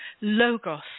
logos